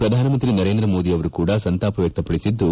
ಪ್ರಧಾನಮಂತ್ರಿ ನರೇಂದ್ರಮೋದಿ ಅವರು ಕೂಡ ಸಂತಾಪ ವ್ಯಕ್ತಪಡಿಸಿದ್ದು